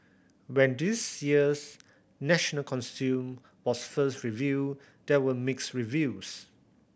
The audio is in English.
when this year's national costume was first revealed there were mixed reviews